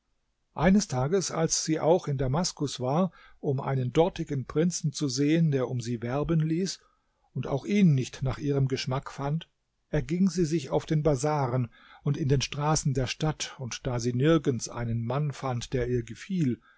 eines tages als sie auch in damaskus war um einen dortigen prinzen zu sehen der um sie werben ließ und auch ihn nicht nach ihrem geschmack fand erging sie sich auf den bazaren und in den straßen der stadt und da sie nirgends einen mann fand der ihr gefiel